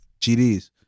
GDs